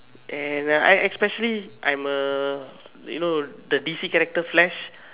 and I especially I'm a you know the D_C character flash